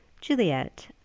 Juliet